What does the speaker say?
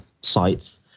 sites